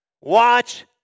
Watch